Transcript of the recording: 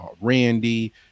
Randy